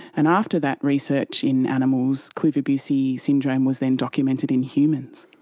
and after that research in animals, kluver-bucy syndrome was then documented in humans.